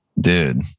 dude